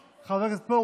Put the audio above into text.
חבר הכנסת ליצמן,